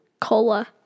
Cola